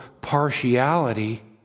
partiality